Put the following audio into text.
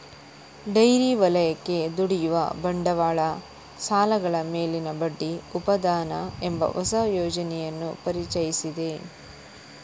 dairy ವಲಯಕ್ಕೆ ದುಡಿಯುವ ಬಂಡವಾಳ ಸಾಲಗಳ ಮೇಲಿನ ಬಡ್ಡಿ ಉಪಾದಾನ ಎಂಬ ಹೊಸ ಯೋಜನೆಯನ್ನು ಪರಿಚಯಿಸಿದೆ